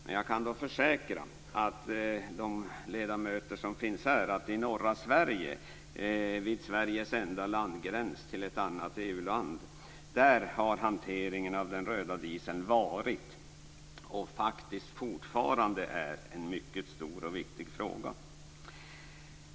Men jag kan försäkra de ledamöter som finns här i kammaren att i norra Sverige, vid Sveriges enda landgräns till ett annat EU land, har hanteringen av den röda dieseln varit, och är fortfarande, en mycket stor och viktig fråga.